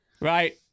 right